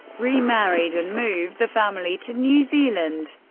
remarried, and moved the family to new zealand.